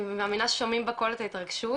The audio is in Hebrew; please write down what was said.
אני מאמינה ששומעים בקול את ההתרגשות.